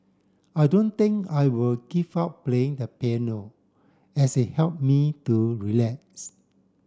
I don't think I will give up playing the piano as it help me to relax